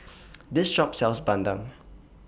This Shop sells Bandung